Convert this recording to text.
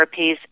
therapies